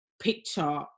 picture